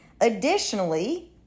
Additionally